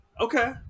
Okay